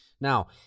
Now